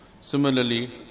Similarly